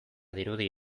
dirudi